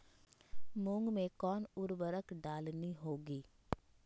मूंग में कौन उर्वरक डालनी होगी?